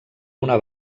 una